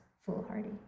foolhardy